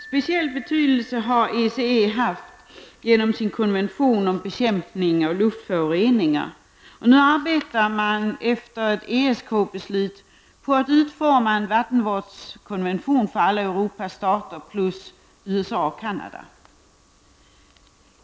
Speciell betydelse har ECE haft genom sin konvention om bekämpning av luftföroreningar, och nu arbetar man efter ett ESK beslut på att utforma en vattenvårdskonvention för alla Europas stater plus USA och Canada.